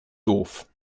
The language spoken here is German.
doof